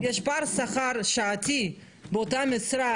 יש פער שכר שעתי באותה משרה,